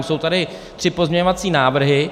Jsou tady tři pozměňovací návrhy.